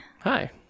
Hi